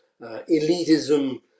elitism